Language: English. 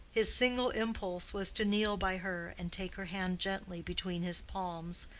his single impulse was to kneel by her and take her hand gently, between his palms,